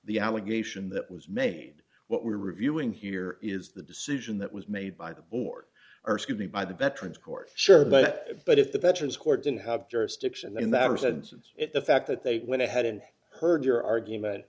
the allegation that was made what we're reviewing here is the decision that was made by the board or excuse me by the veterans court sure but but if the veterans court didn't have jurisdiction then the absence of it the fact that they went ahead and heard your argument